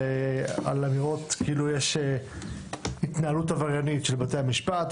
אמירות כאילו יש התנהלות עבריינית של בתי המשפט,